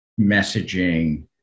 messaging